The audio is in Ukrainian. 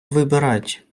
вибирать